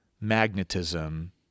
magnetism